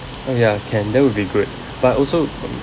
oh ya can that will be great but also